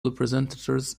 representatives